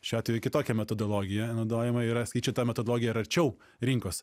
šiuo atveju kitokia metodologija naudojama yra skaičiuot ta metodologija yra arčiau rinkos